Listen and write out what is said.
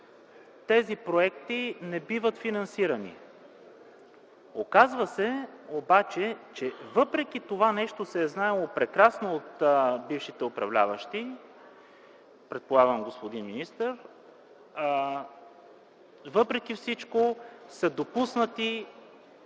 тези проекти не биват финансирани. Оказва се обаче, че въпреки че това нещо се е знаело прекрасно от бившите управляващи – предполагам, господин министър – въпреки всичко са допуснати,